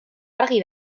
argi